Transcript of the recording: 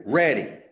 ready